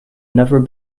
never